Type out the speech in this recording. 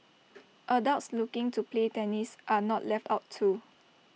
adults looking to play tennis are not left out too